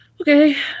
Okay